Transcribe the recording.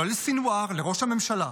לא לסנוואר, לראש הממשלה.